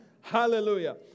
Hallelujah